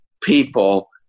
people